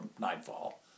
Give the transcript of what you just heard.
nightfall